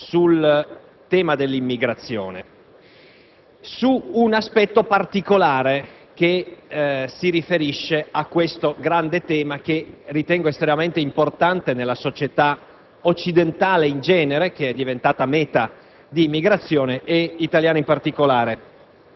sintesi delle diverse sensibilità esistenti sul tema dell'immigrazione, su un aspetto particolare che si riferisce a questo grande tema che ritengo estremamente importante nella società